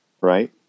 Right